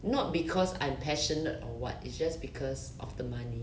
not because I'm passionate or what it's just because of the money